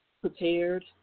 prepared